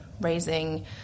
raising